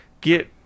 get